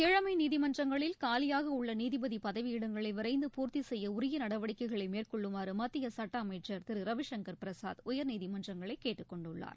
கீழமைநீதிமன்றங்களில் காலியாகஉள்ளநீதிபதிபதவியிடங்களைவிரைந்து பூர்த்திசெய்யஉரியநடவடிக்கைகளைமேற்கொள்ளுமாறுமத்தியசுட்டஅமைச்சர் திருரவிசங்கர் பிரசாத் உயர்நீதிமன்றங்களைகேட்டுக் கொண்டுள்ளார்